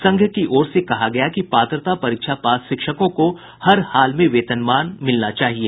संघ की ओर से कहा गया कि पात्रता परीक्षा पास शिक्षकों को हर हाल में वेतनमान मिलना चाहिए